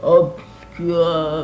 obscure